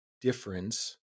difference